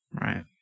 Right